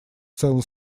целом